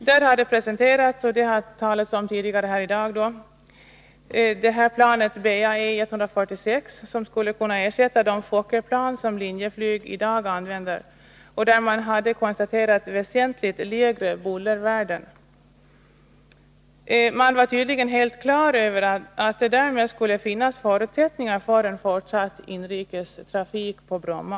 Då hade, som nämnts tidigare i dag, planet BAe 146 presenterats, vilket skulle kunna ersätta det Fokkerplan som Linjeflyg i dag använder och för vilket man hade konstaterat väsentligt lägre bullervärden. Man var tydligen helt på det klara med att det därmed skulle finnas förutsättningar för en fortsatt inrikestrafik på Bromma.